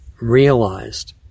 realized